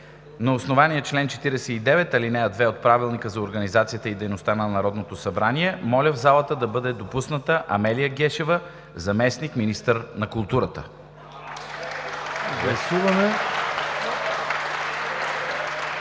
На основание чл. 49, ал. 2 от Правилника за организацията и дейността на Народното събрание моля в залата да бъде допусната Амелия Гешева – заместник-министър на културата.